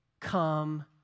come